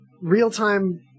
real-time